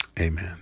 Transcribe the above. Amen